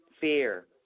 Fear